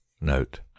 Note